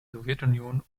sowjetunion